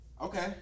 Okay